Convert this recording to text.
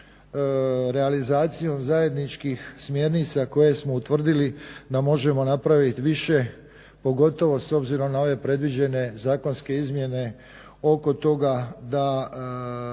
realizacijom zajedničkih smjernica koje smo utvrdili da možemo napraviti više pogotovo s obzirom na ove predviđene zakonske izmjene oko toga da